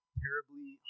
terribly